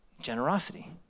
Generosity